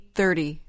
thirty